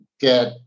get